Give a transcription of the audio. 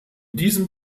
diesem